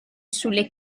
sulle